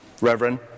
Reverend